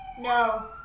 No